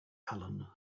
alan